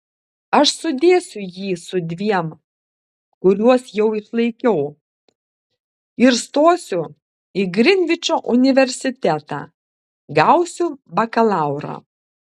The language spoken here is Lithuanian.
aš sudėsiu jį su dviem kuriuos jau išlaikiau ir stosiu į grinvičo universitetą gausiu bakalaurą